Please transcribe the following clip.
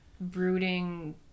brooding